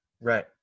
right